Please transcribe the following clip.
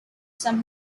some